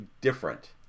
different